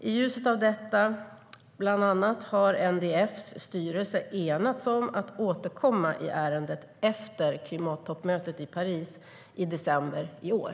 I ljuset av bland annat detta har NDF:s styrelse enats om att återkomma i ärendet efter klimattoppmötet i Paris i december i år.